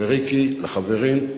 לריקי, לחברים,